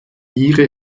ihre